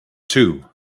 two